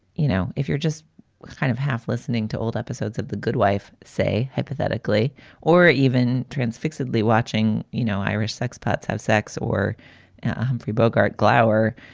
you know, if you're just kind of half listening to old episodes of the good wife, say hypothetically or even transfix oddly, watching, you know, irish sexpots have sex or humphrey bogart glower,